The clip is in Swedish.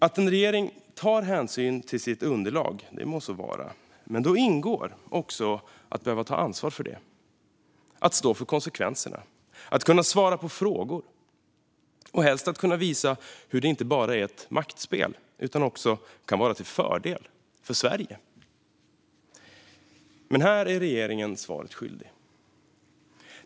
Att en regering tar hänsyn till sitt regeringsunderlag må så vara. Men då ingår också att ta ansvar för det, att stå för konsekvenserna och att kunna svara på frågor. Helst ska man kunna visa att det inte bara är ett maktspel utan också kan vara till fördel för Sverige. Men här är regeringen svaret skyldig.